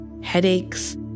Headaches